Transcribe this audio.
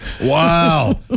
Wow